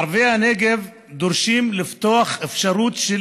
ערביי הנגב דורשים לפתוח אפשרויות של